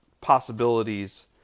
possibilities